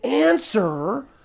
Answer